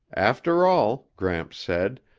after all, gramps said,